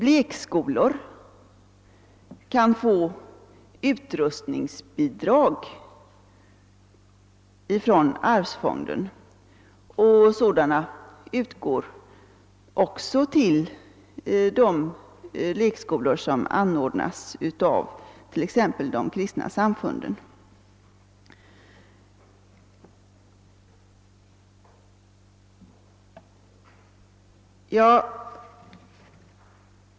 Lekskolor kan få utrustningsbidrag från arvsfonden. Sådana bidrag utgår också till de lekskolor som anordnas av t.ex. de kristna samfunden.